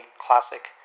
classic